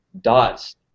dots